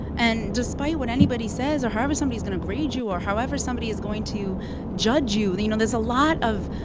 and despite what anybody says or however somebody is going to grade you or however somebody is going to judge you, you know there's a lot of